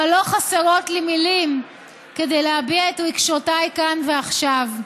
אבל לא חסרות לי מילים כדי להביע את רגשותיי כאן ועכשיו.